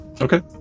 Okay